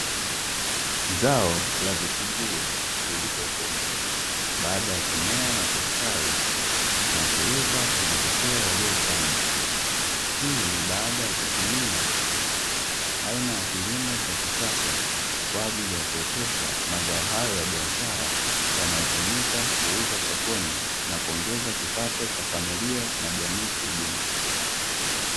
Zao la vitunguu vilivyovunwa baada ya kumea na kustawi, na kuiva kwa matokeo yaliyo chanya. Hii ni baada ya kutumia aina ya kilimo cha kisasa, kwa ajili ya kuotesha mazao hayo ya biashara, yanayotumika kuuzwa sokoni na kuongeza kipato cha familia na jamii kiujumla.